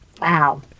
Wow